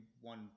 one